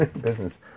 business